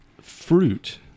fruit